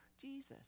Jesus